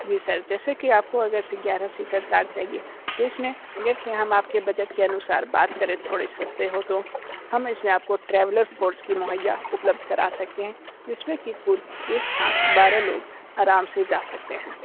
जी sir जैसे कि आपको अगर से ग्यारह सीटर कार चाहिए तो इसमें अगर से हम आपके बजट के अनुसार बात करें थोड़े सस्ते हो तो हम इसमें आपको ट्रैवलर फोर्स की मुहैया उपलब्ध करा सकते है जिसमें की कुल एक साथ बारह लोग आराम से जा सकते हैं